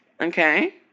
Okay